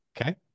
okay